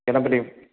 இளம்பிள்ளை